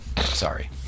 Sorry